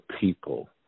people